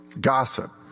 gossip